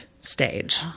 stage